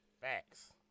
Facts